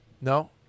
No